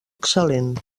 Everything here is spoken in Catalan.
excel·lent